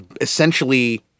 essentially